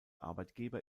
arbeitgeber